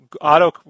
auto